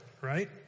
Right